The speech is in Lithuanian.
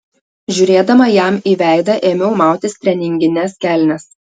žiūrėdama jam į veidą ėmiau mautis treningines kelnes